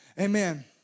Amen